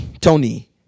tony